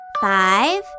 Five